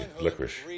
Licorice